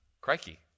crikey